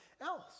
else